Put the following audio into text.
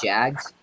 Jags